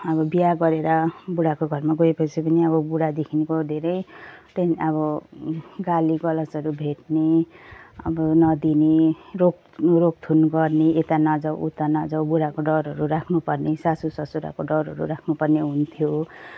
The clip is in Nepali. अब बिहा गरेर बुढाको घरमा गएपछि पनि अब बुढादेखिको धेरै त्यहाँदेखि अब गालीगलोचहरू भेट्ने अब नदिने रोक रोकथुन गर्ने यता नजाऊ उता नजाऊ बुढाको डरहरू राख्नुपर्ने सासूससुराको डरहरू राख्नुपर्ने हुन्थ्यो